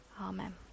Amen